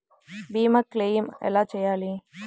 భీమ క్లెయిం ఎలా చేయాలి?